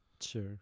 Sure